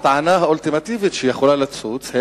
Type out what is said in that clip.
הטענה האולטימטיבית שיכולה לצוץ,